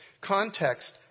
Context